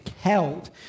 held